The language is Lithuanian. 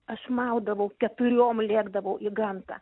aš maudavau keturiom lėkdavau į gamtą